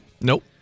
Nope